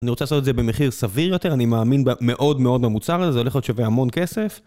אני רוצה לעשות את זה במחיר סביר יותר, אני מאמין מאוד מאוד במוצר הזה, זה הולך להיות שווה המון כסף.